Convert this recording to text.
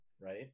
right